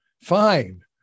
Fine